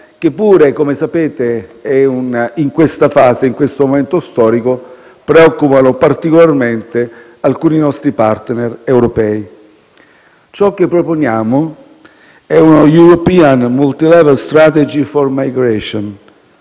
che pure - come sapete - in questa fase e nell'attuale momento storico, preoccupano particolarmente alcuni nostri *partner* europei. Ciò che proponiamo è una *European multilevel strategy for migration*: